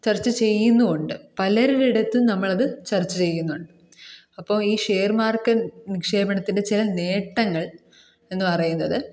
ചർച്ച ചെയ്യുന്നും ഉണ്ട് പലരുടെ അടുത്തും നമ്മൾ അത് ചർച്ച ചെയ്യുന്നുണ്ട് അപ്പോൾ ഈ ഷെയർ മാർക്കറ്റ് നിക്ഷേപണത്തിൻ്റെ ചില നേട്ടങ്ങൾ എന്ന് പറയുന്നത്